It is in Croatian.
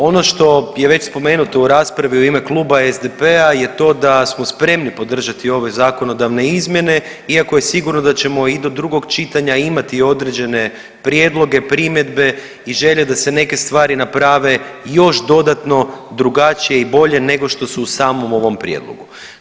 Ono što je već spomenuto u raspravi u ime kluba SDP-a je to da smo spremni podržati ove zakonodavne izmjene iako je sigurno da ćemo i do drugog čitanja imati određene prijedloge, primjedbe i želje da se neke stvari naprave još dodatno drugačije i bolje nego što su u samom ovom prijedlogu.